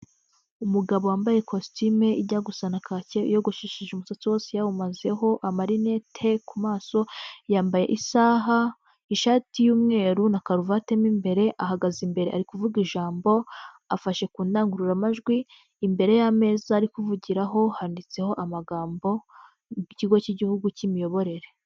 Umugabo wambaye ikositimu ijya gusa na kake, yiyogoshesheje umusatsi wose yawumazeho, amarinete ku maso, yambaye isaha, ishati y'umweru na karuvati mo imbere, ahagaze imbere ari kuvuga ijambo afashe ku ndangururamajwi, imbere y'ameza ari kuvugiraho handitseho amagambo y'ikigo cy'igihugu cy'imiyoborere.